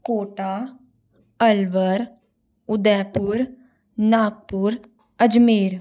Kota Alwar Udaipur Nagpur Ajmer